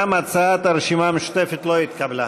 גם הצעת הרשימה המשותפת לא התקבלה.